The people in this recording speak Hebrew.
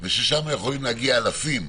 ששם יכולים להגיע אלפים,